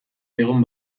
egon